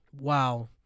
wow